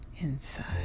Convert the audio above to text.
inside